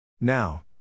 Now